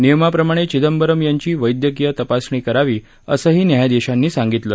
नियमाप्रमाणे चिदंबरम यांची वैद्यकीय तपासणी करावी असंही न्यायाधीशांनी सांगितलं